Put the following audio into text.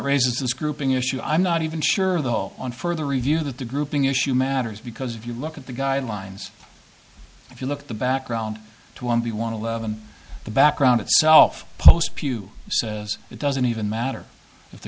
this grouping issue i'm not even sure though on further review that the grouping issue matters because if you look at the guidelines if you look at the background to one we want to leaven the background itself post pew says it doesn't even matter if the